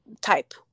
type